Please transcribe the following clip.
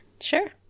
Sure